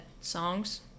songs